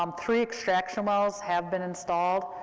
um three extraction wells have been installed,